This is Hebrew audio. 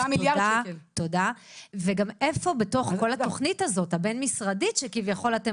איפה בתוך כל התוכנית הבין משרדית שכביכול אתם